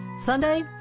Sunday